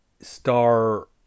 star